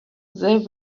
they